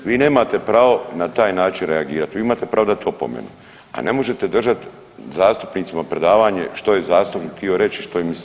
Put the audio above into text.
Vi nemate pravo na taj način reagirati, vi imate pravo dati opomenu, a ne možete držati zastupnicima predavanje što je zastupnik htio reći i što je mislio.